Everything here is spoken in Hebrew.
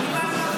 --- ביסודי,